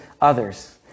others